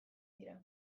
dira